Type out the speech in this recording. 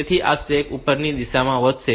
તેથી આ સ્ટેક ઉપરની દિશામાં વધશે